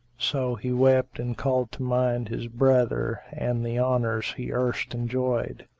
so he wept and called to mind his brother and the honours he erst enjoyed